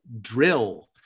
Drill